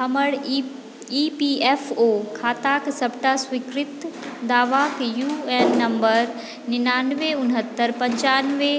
हमर ई E P F O खाताक सबटा स्वीकृत दावाक यू एन नम्बर निनानबे उनहत्तरि पञ्चानबे